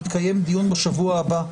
יתקיים דיון בשבוע הבא.